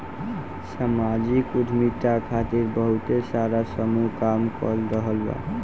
सामाजिक उद्यमिता खातिर बहुते सारा समूह काम कर रहल बा